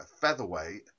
featherweight